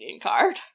card